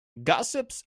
gossips